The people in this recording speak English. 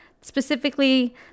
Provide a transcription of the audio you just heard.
specifically